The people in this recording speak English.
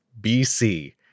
BC